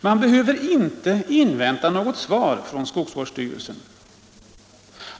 Man behöver inte invänta något svar från skogsvårdsstyrelsen.